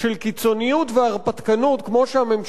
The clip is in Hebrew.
כמו שהממשלה הזאת מגלמת,